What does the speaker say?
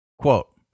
Quote